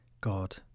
God